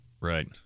Right